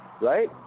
right